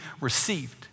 received